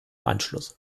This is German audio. anschluss